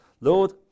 Lord